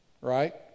right